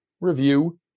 review